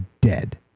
dead